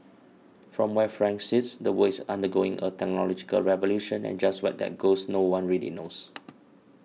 from where Frank sits the world is undergoing a technological revolution and just where that goes no one really knows